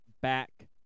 back